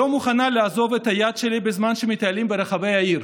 לא מוכנה לעזוב את היד שלי בזמן שמטיילים ברחבי העיר.